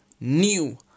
new